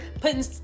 putting